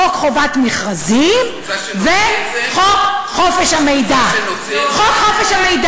חוק חובת המכרזים וחוק חופש המידע.